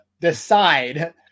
decide